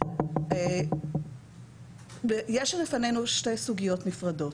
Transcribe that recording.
יש בפנינו שתי סוגיות נפרדות.